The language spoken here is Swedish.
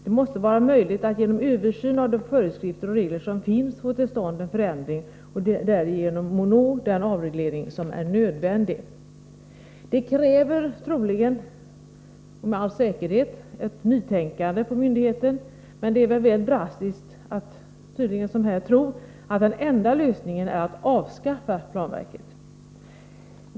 Det måste vara möjligt att genom en översyn av de föreskrifter och regler som finns få till stånd en förändring och därigenom uppnå den avreglering som är nödvändig. Detta kräver med all säkerhet ett nytänkande på myndigheten. Men det är väl drastiskt att tro, vilket man tydligen gör, att den enda lösningen är att avskaffa planverket.